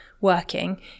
working